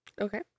Okay